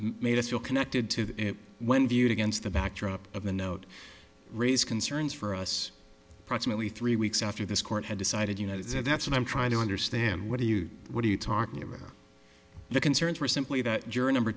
made us feel connected to it when viewed against the backdrop of the note raise concerns for us approximately three weeks after this court had decided you know that's what i'm trying to understand what are you what are you talking about the concerns were simply that juror number